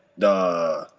the. um.